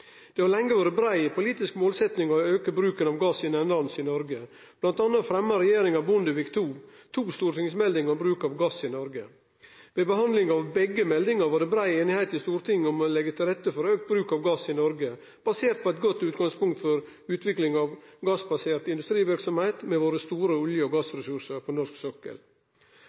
Det har lenge vore ei brei politisk målsetjing å auke bruken av gass innanlands i Noreg. Blant anna fremma regjeringa Bondevik II to stortingsmeldingar om bruk av gass i Noreg. Ved behandlinga av begge meldingane var det brei einighet i Stortinget om å leggje til rette for auka bruk av gass i Noreg, basert på eit godt utgangspunkt for utvikling av gassbasert industriverksemd med våre store olje- og gassressursar på norsk sokkel.